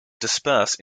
disperse